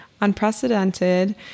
unprecedented